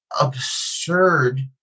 absurd